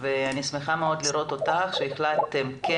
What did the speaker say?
ואני שמחה מאוד לראות אותך שהחלטתם כן